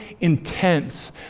intense